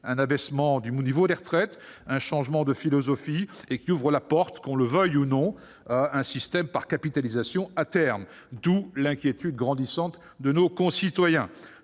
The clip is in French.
une baisse du niveau des pensions et un changement de philosophie qui ouvrent la porte, à terme, qu'on le veuille ou non, à un système par capitalisation, provoquant l'inquiétude grandissante de nos concitoyens.